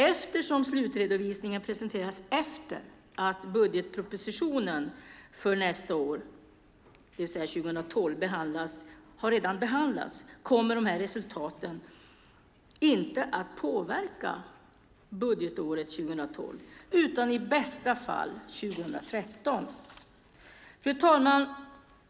Eftersom slutredovisningen presenteras efter det att budgetpropositionen för nästa år, det vill säga 2012, redan har behandlats kommer resultaten inte att påverka budgetåret 2012 utan i bästa fall 2013. Fru talman!